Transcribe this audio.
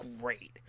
great